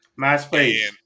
MySpace